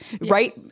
right